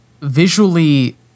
visually